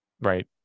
right